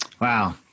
wow